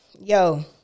Yo